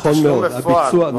נכון, הביצוע.